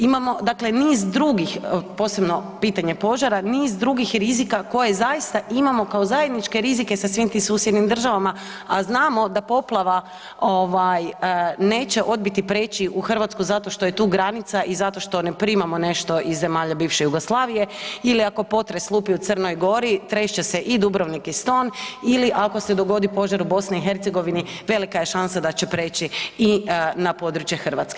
Imamo, dakle niz drugih posebno pitanje požara, niz drugih rizika koje zaista imamo kao zajedničke rizike sa svim tim susjednim državama, a znamo da poplava neće odbiti prijeći u Hrvatsku zato što je tu granica i zato što ne primamo nešto iz zemalja bivše Jugoslavije ili ako potres lupi u Crnoj Gori, trest će se i Dubrovnik i Ston ili ako se dogodi požar u BiH, velika je šansa da će prijeći i na područje Hrvatske.